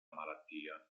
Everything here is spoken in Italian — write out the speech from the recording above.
malattia